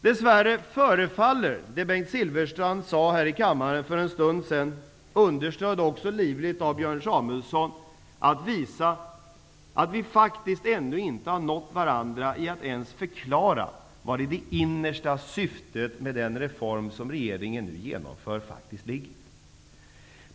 Dess värre förefaller det Bengt Silfverstrand sade här i kammaren för en stund sedan -- livligt understödd av Björn Samuelson -- visa att vi ännu inte har nått varandra ens i fråga om att förklara vari det innersta syftet med den reform som regeringen nu genomför faktiskt ligger.